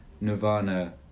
Nirvana